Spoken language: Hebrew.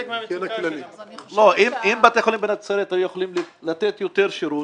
אם בתי החולים בנצרת היו יכולים לתת יותר שירות,